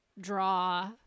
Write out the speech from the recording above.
draw